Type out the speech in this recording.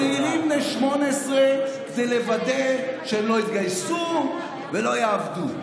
לצעירים בני 18 כדי לוודא שהם לא יתגייסו ולא יעבדו.